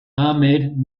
ahmed